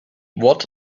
what